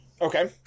Okay